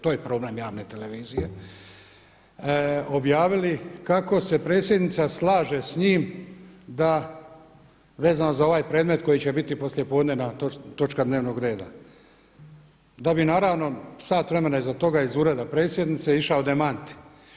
To je problem javne televizije objavili kako se predsjednica slaže s njim da vezano za ovaj predmet koji će biti poslije podnevna točka dnevnog reda, da bi naravno sat vremena iza toga iz Ureda predsjednice išao demant.